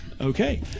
Okay